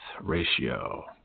ratio